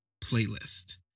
playlist